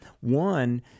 One